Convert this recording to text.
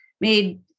made